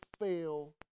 fail